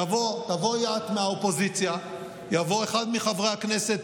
תבואי את, מהאופוזיציה, יבוא אחד מחברי הכנסת